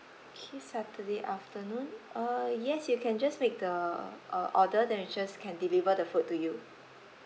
okay saturday afternoon uh yes you can just make the uh order then we just can deliver the food to you